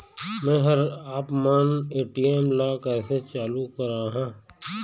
मैं हर आपमन ए.टी.एम ला कैसे चालू कराहां?